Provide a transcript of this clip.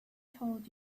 told